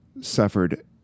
suffered